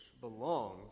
belongs